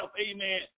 amen